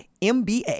MBA